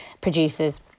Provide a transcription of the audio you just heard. producers